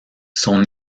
son